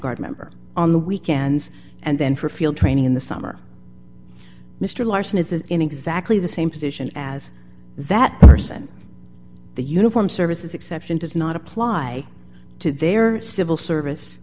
guard member on the weekends and then for field training in the summer mr larson is in exactly the same position as that person the uniform services exception does not apply to their civil service